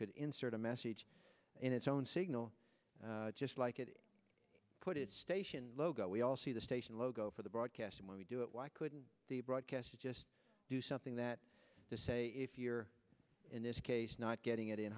could insert a message in it's own signal just like it put it station logo we all see the station logo for the broadcast when we do it why couldn't the broadcaster just do something that the say if you're in this case not getting it in